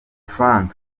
frank